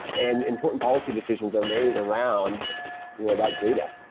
and important policy decisions are made around you know that data.